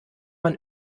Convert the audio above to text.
man